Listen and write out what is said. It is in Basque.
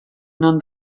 non